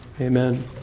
Amen